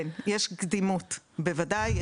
כן, יש קדימות, בוודאי.